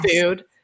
food